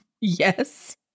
Yes